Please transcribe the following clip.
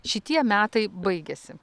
šitie metai baigėsi